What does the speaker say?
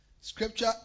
scripture